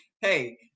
hey